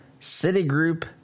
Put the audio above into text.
Citigroup